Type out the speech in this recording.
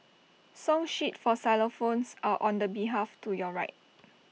song sheets for xylophones are on the behalf to your right